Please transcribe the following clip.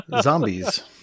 zombies